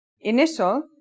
initial